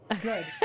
Good